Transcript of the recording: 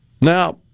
Now